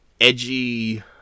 edgy